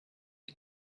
the